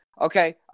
Okay